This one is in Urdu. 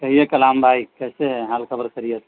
کہیے کلام بھائی کیسے ہیں حال خبر خیریت